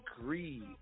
greed